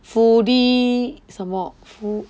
foody 什么 food